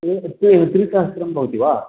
एकस्य त्रिसहस्रं भवति वा